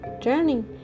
journey